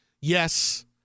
yes